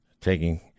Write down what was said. taking